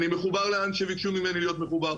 אני מחובר לאן שביקשו ממני להיות מחובר,